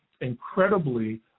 incredibly